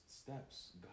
Steps